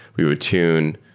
we would tune.